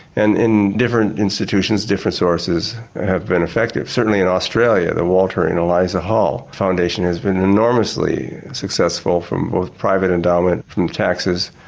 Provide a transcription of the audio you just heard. and in different different institutions different sources have been effective. certainly in australia the walter and eliza hall foundation has been enormously successful from both private endowment, from taxes.